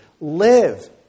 live